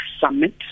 Summit